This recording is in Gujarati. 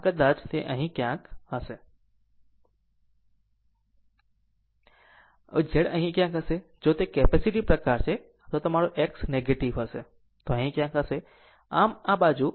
આમ કદાચ તે અહીં ક્યાંક હશે આમ આ બાજુ